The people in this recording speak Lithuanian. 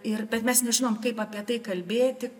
ir bet mes nežinom kaip apie tai kalbėti